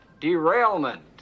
derailment